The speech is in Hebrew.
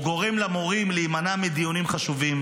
הוא גורם למורים להימנע מדיונים חשובים,